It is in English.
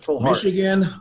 Michigan